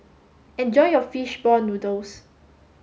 enjoy your fish ball noodles